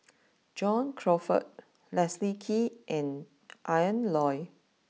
John Crawfurd Leslie Kee and Ian Loy